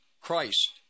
Christ